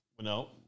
No